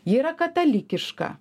ji yra katalikiška